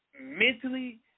mentally